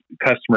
customer